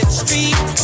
street